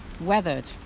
weathered